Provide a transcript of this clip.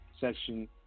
section